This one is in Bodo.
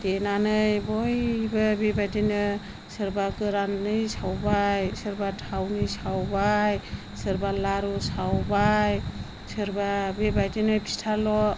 देनानै बयबो बेबायदिनो सोरबा गोरानै सावबाय सोरबा थावनि सावबाय सोरबा लारु सावबाय सोरबा बेबादिनो फिथाल'